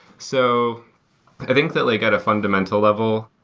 so i think that like at a fundamental level,